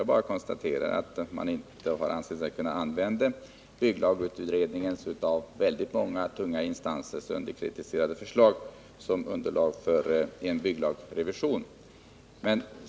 Jag bara konstaterar att man inte har ansett sig kunna använda bygglagutredningens av väldigt många instanser kritiserade förslag som underlag för en bygglagsrevision.